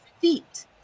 feet